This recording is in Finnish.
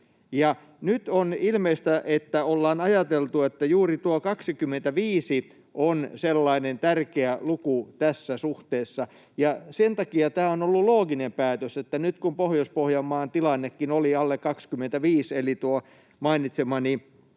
Nyt on ilmeistä, että ollaan ajateltu, että juuri tuo 25 on sellainen tärkeä luku tässä suhteessa. Sen takia tämä on ollut looginen päätös, että nyt kun Pohjois-Pohjanmaankin tilanne oli alle 25 eli tuo mainitsemani